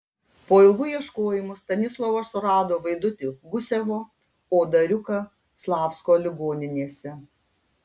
po ilgų ieškojimų stanislovas surado vaidutį gusevo o dariuką slavsko ligoninėse